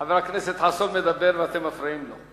חבר הכנסת חסון מדבר ואתם מפריעים לו.